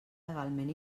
legalment